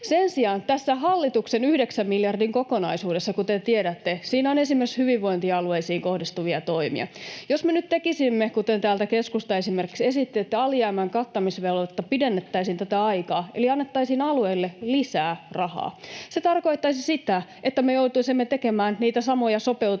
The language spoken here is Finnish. Sen sijaan tässä hallituksen yhdeksän miljardin kokonaisuudessa, kuten tiedätte, on esimerkiksi hyvinvointialueisiin kohdistuvia toimia. Jos me nyt tekisimme niin, kuten täällä keskusta esimerkiksi esitti, että alijäämän kattamisvelvoitetta, tätä aikaa, pidennettäisiin eli annettaisiin alueille lisää rahaa, se tarkoittaisi sitä, että me joutuisimme tekemään niitä samoja sopeutuksia